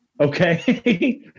Okay